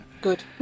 Good